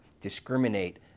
discriminate